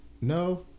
no